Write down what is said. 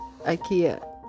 Ikea